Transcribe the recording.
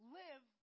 live